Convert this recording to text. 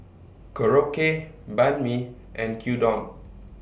Korokke Banh MI and Gyudon